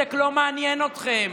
הצדק לא מעניין אתכם.